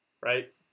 right